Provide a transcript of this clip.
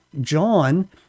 John